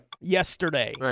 yesterday